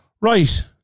Right